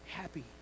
happy